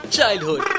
Childhood